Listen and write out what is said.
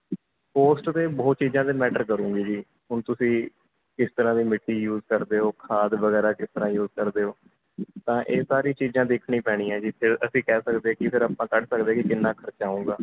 cost ਤਾਂ ਬਹੁਤ ਚੀਜ਼ਾਂ 'ਤੇ ਮੈਟਰ ਕਰੇਗੀ ਜੀ ਹੁਣ ਤੁਸੀਂ ਕਿਸ ਤਰ੍ਹਾਂ ਦੀ ਮਿੱਟੀ ਯੂਜ ਕਰਦੇ ਹੋ ਖਾਦ ਵਗੈਰਾ ਕਿਸ ਤਰ੍ਹਾਂ ਯੂਜ ਕਰਦੇ ਹੋ ਤਾਂ ਇਹ ਸਾਰੀ ਚੀਜ਼ਾਂ ਦੇਖਣੀਆਂ ਪੈਣੀਆਂ ਜਿੱਥੇ ਅਸੀਂ ਕਹਿ ਸਕਦੇ ਕਿ ਫਿਰ ਆਪਾਂ ਕੱਢ ਸਕਦੇ ਕਿ ਕਿੰਨਾ ਖਰਚਾ ਆਊਗਾ